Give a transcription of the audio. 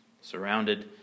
surrounded